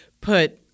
put